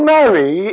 Mary